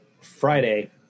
Friday